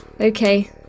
Okay